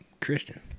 Christian